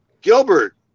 gilbert